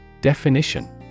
Definition